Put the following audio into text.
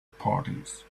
parties